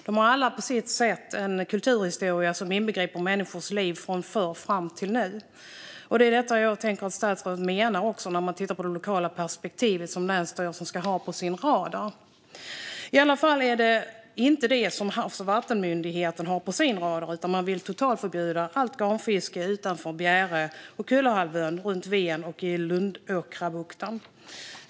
De har alla en kulturhistoria som inbegriper människors liv från förr fram till nu, och det är detta jag tänker att statsrådet menar när hon talar om det lokala perspektivet som länsstyrelser ska ha på sin radar. I alla fall är det inte vad Havs och vattenmyndigheten har på sin radar, utan man vill totalförbjuda allt garnfiske utanför Bjäre och Kullahalvön, runt Ven och i Lundåkrabukten.